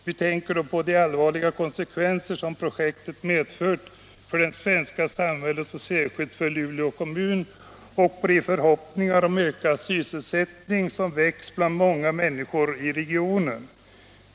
Vi tänker då på de allvarliga konsekvenser projektet medfört för det svenska samhället och särskilt för Luleå kommun och på de förhoppningar om ökad sysselsättning som väckts bland människorna i regionen.